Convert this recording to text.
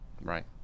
Right